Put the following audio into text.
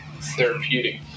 therapeutic